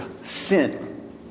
sin